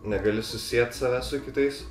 negali susiet savęs su kitais